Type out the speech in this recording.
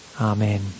Amen